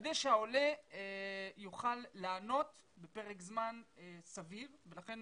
הנגשה, כדי שהעולה יוכל לענות בפרק זמן סביר ולכן